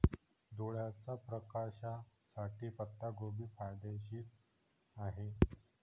डोळ्याच्या प्रकाशासाठी पत्ताकोबी फायदेशीर आहे